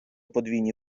подвійні